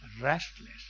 restless